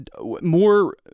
More